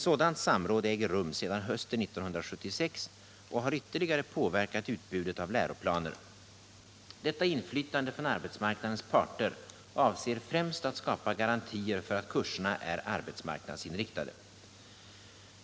Sådant samråd äger rum sedan hösten 1976 och har ytterligare påverkat utbudet av läroplaner. Detta inflytande från arbetsmarknadens parter avser främst att skapa garantier för att kurserna är arbetsmarknadsinriktade.